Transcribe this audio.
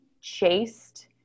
chased